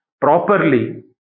properly